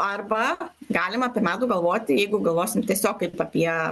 arba galim apie medų galvoti jeigu galvosim tiesiog kaip apie